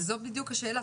אבל זאת בדיוק השאלה,